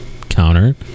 counter